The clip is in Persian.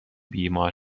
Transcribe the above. بیمار